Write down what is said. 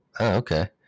okay